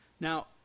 Now